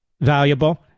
valuable